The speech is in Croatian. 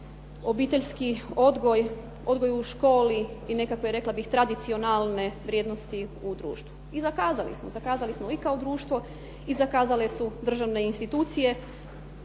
obiteljski odgoj, odgoj u školi i nekakve rekla bih tradicionalne vrijednosti u društvu. I zakazali smo, zakazali smo i kao društvo i zakazale su državne institucije.